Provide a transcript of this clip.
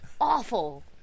awful